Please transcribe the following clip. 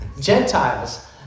Gentiles